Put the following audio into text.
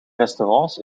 restaurants